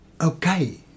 okay